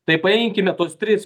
tai paimkime tuos tris